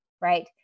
Right